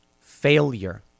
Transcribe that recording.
failure